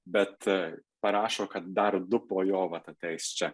bet parašo kad dar du po jo vat ateis čia